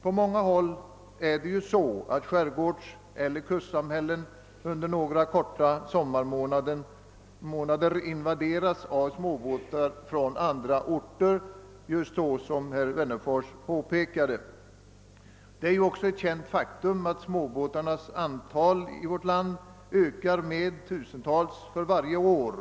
På många håll invaderas skärgårdseller kustsamhällen under några korta sommarmånader av småbåtar från andra orter, såsom herr Wennerfors påpekade. Det är ett känt faktum att antalet småbåtar i vårt land ökar med tusentals för varje år.